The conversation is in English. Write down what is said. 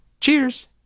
Cheers